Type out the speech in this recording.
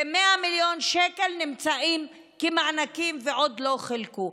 ו-100 מיליון שקל נמצאים כמענקים ועוד לא חולקו.